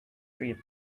trip